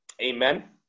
Amen